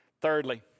Thirdly